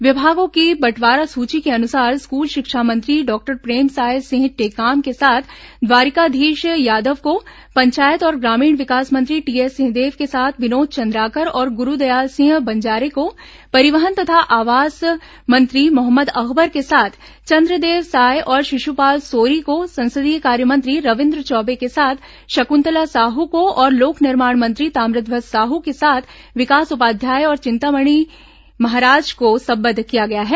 विभागों की बंटवारा सूची के अनुसार स्कूल शिक्षा मंत्री डॉक्टर प्रेमसाय सिंह टेकाम के साथ द्वारिकाधीश यादव को पंचायत और ग्रामीण विकास मंत्री टीएस सिंहदेव के साथ विनोद चंद्राकर और गुरूदयाल सिंह बंजारे को परिवहन तथा आवास मंत्री मोहम्मद अकबर के साथ चंद्रदेव राय और शिशुपाल सोरी को संसदीय कार्य मंत्री रविन्द्र चौबे के साथ शकृंतला साहू को और लोक निर्माण मंत्री ताम्रध्वज साहू के साथ विकास उपाध्याय और चिंतामणि महाराज को संबद्ध किया गया है